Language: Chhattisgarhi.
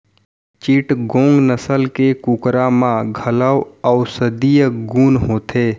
चिटगोंग नसल के कुकरा म घलौ औसधीय गुन होथे